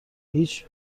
هیچ